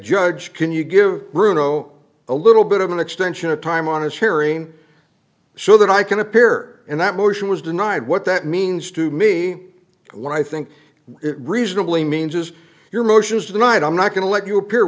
judge can you give bruno a little bit of an extension of time on his hearing so that i can appear and that motion was denied what that means to me what i think it reasonably means is your motions tonight i'm not going to let you appear